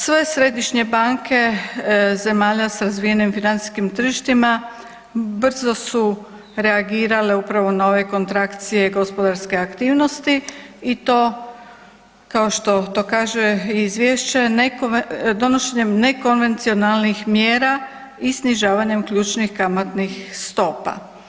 Sve središnje banke zemalja s razvijenim financijskim tržištima brzo su reagirale upravo na ove kontrakcije gospodarske aktivnosti i to kao što kaže izvješće, donošenjem nekonvencionalnih mjera i snižavanjem ključnih kamatnih stopa.